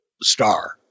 star